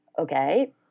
Okay